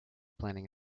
planning